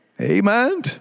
Amen